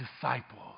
disciples